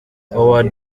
howard